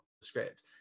script